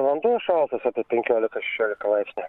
vanduo šaltas apie penkiolika šešiolika laipsnių